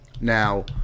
Now